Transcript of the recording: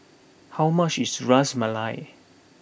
how much is Ras Malai